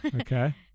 Okay